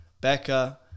Becca